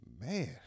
Man